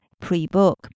Pre-Book